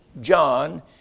John